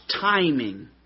timing